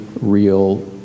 real